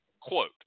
Quote